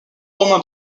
romain